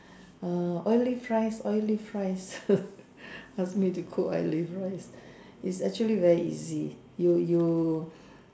err Olive rice Olive rice ask me to cook Olive rice it's actually very easy you you